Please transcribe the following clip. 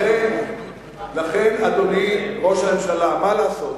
לכן, אדוני ראש הממשלה, מה לעשות?